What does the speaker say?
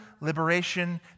liberation